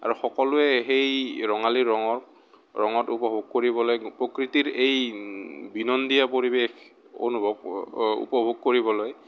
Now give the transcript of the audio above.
আৰু সকলোৱে সেই ৰঙালীৰ ৰঙক ৰঙক উপভোগ কৰিবলৈ প্ৰকৃতিৰ এই বিনন্দীয় পৰিৱেশ অনুভৱ উপভোগ কৰিবলৈ